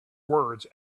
words